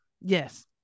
Yes